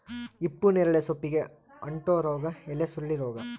ಹಿಪ್ಪುನೇರಳೆ ಸೊಪ್ಪಿಗೆ ಅಂಟೋ ರೋಗ ಎಲೆಸುರುಳಿ ರೋಗ